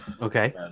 Okay